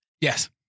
Yes